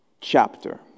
chapter